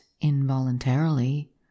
involuntarily